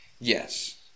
Yes